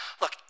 Look